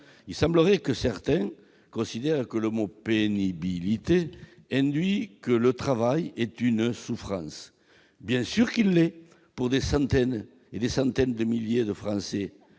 Il semblerait que certains considèrent que l'emploi du mot « pénibilité » induit que le travail serait une souffrance. Bien sûr qu'il l'est, pour des centaines de milliers de Français,